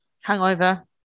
Hangover